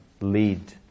lead